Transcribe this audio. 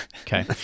Okay